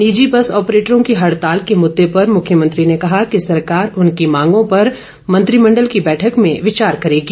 निजि बस ऑपरेटरों की हड़ताल के मुददे पर मुख्यमंत्री ने कहा कि सरकार उनकी मांगों पर मंत्रिमंडल की बैठक में विचार करेगी